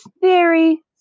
theory